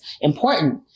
important